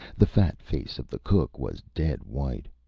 the fat face of the cook was dead white.